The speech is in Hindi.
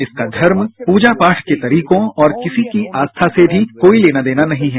इसका धर्म पूजा पाठ के तरीकों और किसी की आस्था से भी कोई लेना देना नहीं है